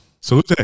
Salute